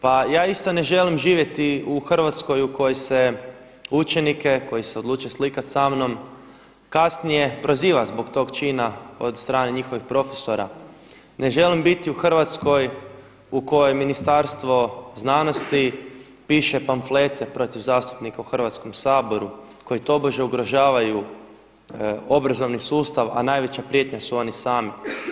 Pa ja isto ne želim živjeti u Hrvatskoj u kojoj se učenike koji se odluče slikat sa mnom kasnije proziva zbog tog čina od strane njihovih profesora, ne želim biti u Hrvatskoj u kojoj Ministarstvo znanosti piše pamflete protiv zastupnika u Hrvatskom saboru koji tobože ugrožavaju obrazovni sustav, a najveća prijetnja su oni sami.